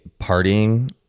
partying